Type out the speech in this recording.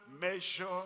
measure